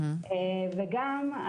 וגם,